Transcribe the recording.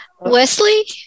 wesley